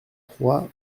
trois